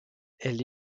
elle